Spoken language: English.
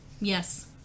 Yes